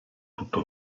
tutto